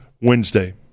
Wednesday